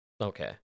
Okay